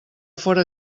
fóra